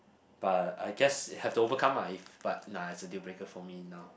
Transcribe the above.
but I guess have to overcome ah if but lah is a deal breaker for me now